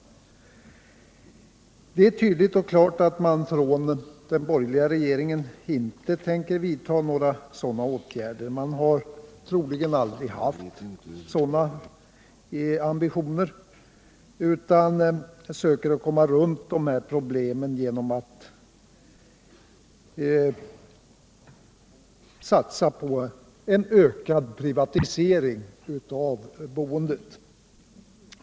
Det är tydligt och klart att den borgerliga regeringen inte tänker vidta några sådana åtgärder. Man har troligen aldrig haft några sådana ambitioner. Man söker komma runt problemen genom att satsa på en ökad privatisering av boendet.